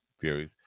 theories